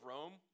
Rome